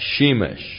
Shemesh